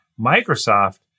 microsoft